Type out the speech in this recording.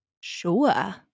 Sure